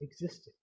existed